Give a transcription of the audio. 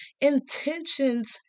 intentions